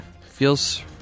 feels